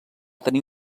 tenir